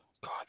God